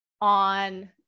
on